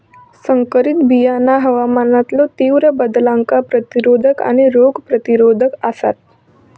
संकरित बियाणा हवामानातलो तीव्र बदलांका प्रतिरोधक आणि रोग प्रतिरोधक आसात